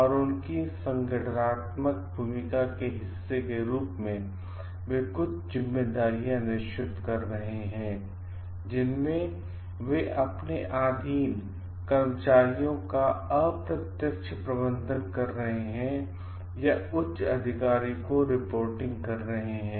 और उनकी संगठनात्मक भूमिका के हिस्से के रूप में वे कुछ जिम्मेदारियाँ निश्चित कर रहे हैं जिनमें वे अपने आधीन कर्मचारियों का अप्रत्यक्ष प्रबंधन कर रहे हैं या उच्च अधिकारी को रिपोर्टिंग कर रहे हैं